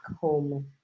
home